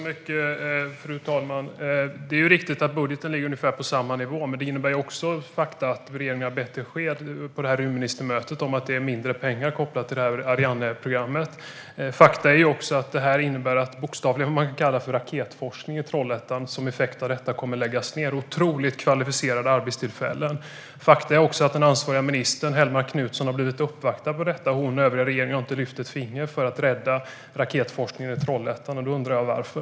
Fru talman! Det är riktigt att budgeten ligger på ungefär samma nivå, men faktum är att regeringen på rymdministermötet gav besked om att mindre pengar kopplas till Arianeprogrammet. Det är också ett faktum att det man bokstavligen kan kalla för raketforskning i Trollhättan som en effekt av detta kommer att läggas ned; det rör sig om otroligt kvalificerade arbetstillfällen. Vidare har den ansvariga ministern Hellmark Knutsson uppvaktats i frågan, och varken hon eller övriga regeringen har lyft ett finger för att rädda raketforskningen i Trollhättan - jag undrar varför.